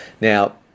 Now